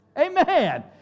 Amen